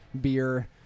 beer